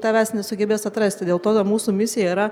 tavęs nesugebės atrasti dėl to ta mūsų misija yra